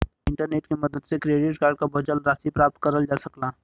internet के मदद से क्रेडिट कार्ड क बचल राशि पता करल जा सकला